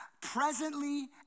Presently